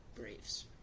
Braves